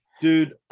dude